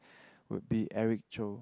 would be Eric-Chou